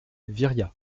viriat